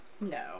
no